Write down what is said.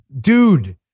Dude